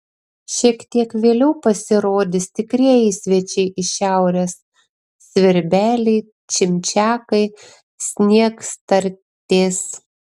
šiek tiek vėliau pasirodys tikrieji svečiai iš šiaurės svirbeliai čimčiakai sniegstartės